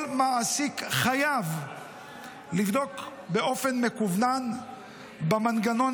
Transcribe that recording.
כל מעסיק חייב לבדוק באופן מקוון במנגנון